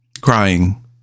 crying